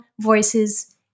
Voices